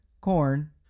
corn